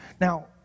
Now